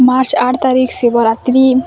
March ଆଠ ତାରିଖ୍ ଶିବରାତ୍ରି